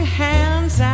hands